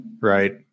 Right